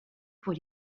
pour